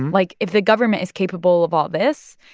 like, if the government is capable of all this,